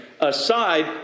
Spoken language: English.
Aside